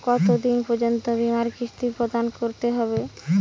কতো দিন পর্যন্ত বিমার কিস্তি প্রদান করতে হবে?